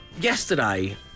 yesterday